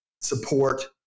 support